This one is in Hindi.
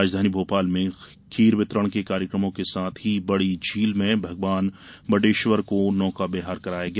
राजधानी भोपाल में खीर वितरण के कार्यकमों के साथ ही बड़ी झील में भगवान बटेश्वर को नौका विहार कराया गया